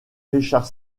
richard